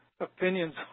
Opinions